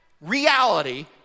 reality